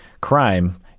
crime